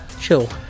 chill